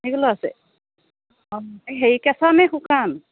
নাৰিকলো আছে অ হেৰি কেঁচা নে শুকান